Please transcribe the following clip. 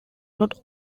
not